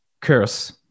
curse